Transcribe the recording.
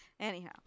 Anyhow